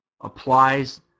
applies